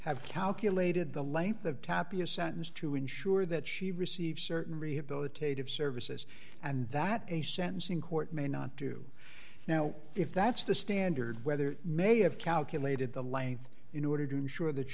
have calculated the light the tapir sentence to ensure that she receives certain rehabilitative services and that a sentencing court may not do now if that's the standard weather may have calculated the length in order to ensure that